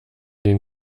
den